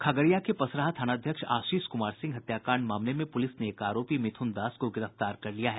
खगड़िया के पसराहा थानाध्यक्ष आशीष कुमार सिंह हत्याकांड मामले में पुलिस ने एक आरोपी मिथुन दास को गिरफ्तार कर लिया है